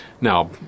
now